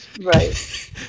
right